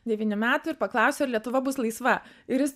devynių metų ir paklausiau ar lietuva bus laisva ir jis